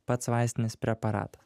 pats vaistinis preparatas